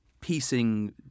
piecing